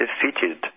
defeated